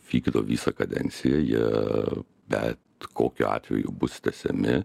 vykdo visą kadenciją jie bet kokiu atveju bus tęsiami